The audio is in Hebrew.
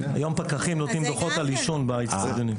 היום פקחים נותנים דוחות על עישון באצטדיונים,